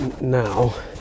Now